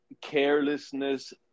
carelessness